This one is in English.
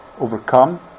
overcome